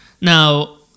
Now